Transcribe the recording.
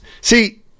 See